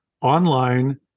online